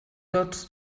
tots